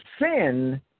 sin